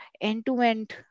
end-to-end